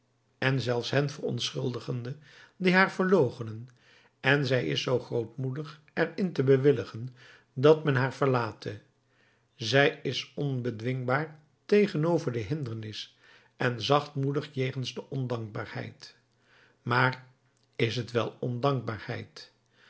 en zelfs hen verontschuldigende die haar verloochenen en zij is zoo grootmoedig er in te bewilligen dat men haar verlate zij is onbedwingbaar tegenover de hindernis en zachtmoedig jegens de ondankbaarheid maar is het wel ondankbaarheid